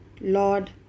Lord